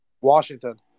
Washington